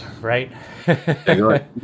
right